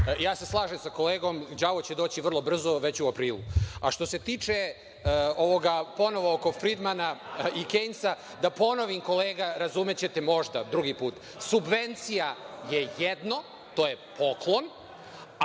Slažem se sa kolegom, đavo će doći vrlo brzo, već u aprilu. Što se tiče ovoga ponovo oko Frindmana i Kejnsa, da ponovim kolega, razumećete možda, drugi put, subvencija je jedno, to je poklon,